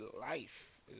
life